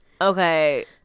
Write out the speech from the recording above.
Okay